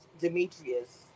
Demetrius